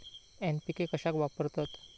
NPK कशाक वापरतत?